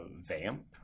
Vamp